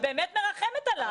אני באמת מרחמת עליו.